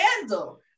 handle